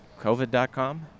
COVID.com